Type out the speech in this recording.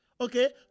okay